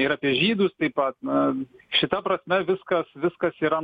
ir apie žydus taip pat na šita prasme viskas viskas yra